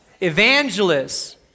evangelists